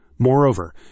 Moreover